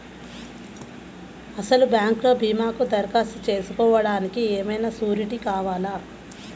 అసలు బ్యాంక్లో భీమాకు దరఖాస్తు చేసుకోవడానికి ఏమయినా సూరీటీ కావాలా?